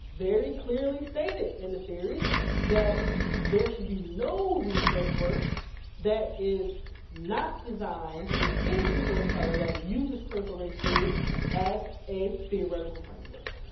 very clearly stated in the theory that there should be no research work that is not designed with any people of color that uses critical race theory as a theoretical framework.